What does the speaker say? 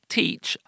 teach